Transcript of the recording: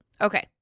Okay